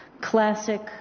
classic